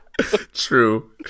True